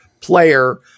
player